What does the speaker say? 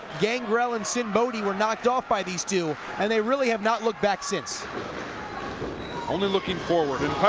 gangrel and sinn bodhi were knocked off by these two and they really have not looked back since only looking foreward and.